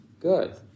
good